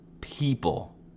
people